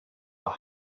were